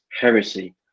heresy